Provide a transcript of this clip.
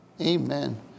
Amen